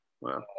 Wow